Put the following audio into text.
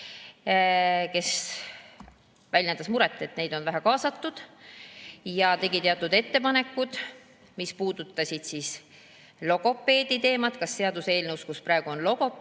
kes väljendas muret, et neid on vähe kaasatud, ja tegi teatud ettepanekud, mis puudutasid logopeedi teemat. Kas seaduseelnõus, kus praegu on "logopeed",